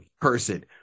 person